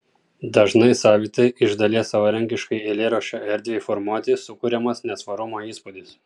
dažnai savitai iš dalies savarankiškai eilėraščio erdvei formuoti sukuriamas nesvarumo įspūdis